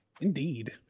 Indeed